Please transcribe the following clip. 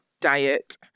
diet